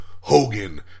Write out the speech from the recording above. Hogan